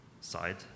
side